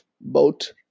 boat